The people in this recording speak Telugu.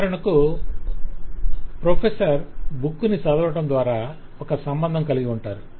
ఉదాహరణకు ప్రొఫెసర్ బుక్ ని చదవటం ద్వారా ఒక సంబంధం కలిగి ఉంటారు